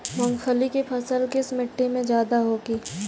मूंगफली की फसल किस मिट्टी में ज्यादा होगी?